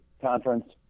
conference